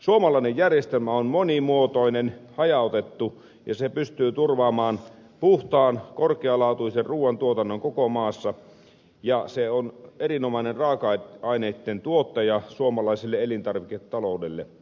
suomalainen järjestelmä on monimuotoinen hajautettu ja pystyy turvaamaan puhtaan korkealaatuisen ruuantuotannon koko maassa ja on erinomainen raaka aineitten tuottaja suomalaiselle elintarviketaloudelle